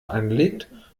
anlegt